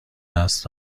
دست